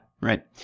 right